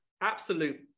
absolute